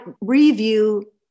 review